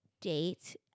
date